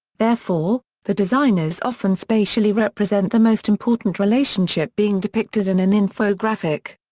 therefore, the designers often spatially represent the most important relationship being depicted in an infographic.